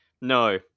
No